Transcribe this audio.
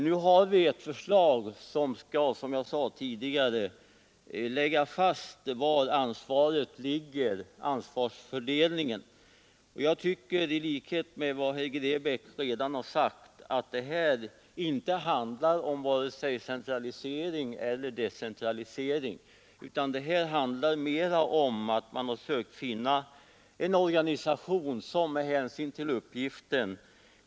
Nu har vi, som jag tidigare sade, ett förslag som lägger fast hur ansvaret skall fördelas, och jag tycker i likhet med herr Grebäck att det här inte handlar om vare sig centralisering eller decentralisering, utan mera om att söka finna en organisation som kan klara uppgiften.